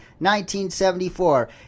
1974